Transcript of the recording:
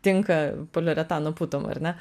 tinka poliuretano putom ar ne